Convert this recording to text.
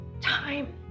time